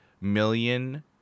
million